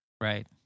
Right